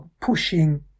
pushing